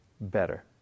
better